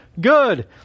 good